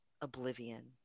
Oblivion